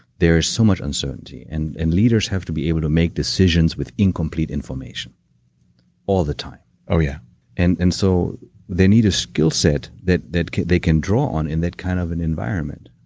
there's so much uncertainty, and and leaders have to be able to make decisions with incomplete information all the time oh, yeah and and so they need a skill set that that they can draw on in that kind of an environment.